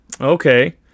Okay